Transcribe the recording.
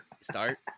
start